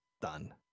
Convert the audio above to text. done